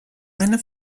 eine